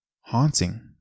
Haunting